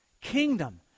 Kingdom